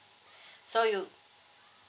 so you